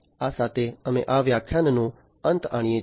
આ સાથે અમે આ વ્યાખ્યાનનો અંત આણીએ છીએ